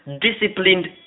disciplined